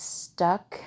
stuck